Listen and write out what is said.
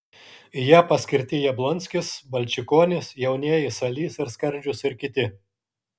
į ją paskirti jablonskis balčikonis jaunieji salys ir skardžius ir kiti